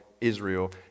Israel